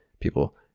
people